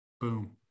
Boom